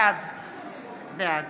בעד